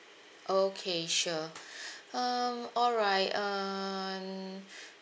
okay sure um alright um